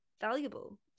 valuable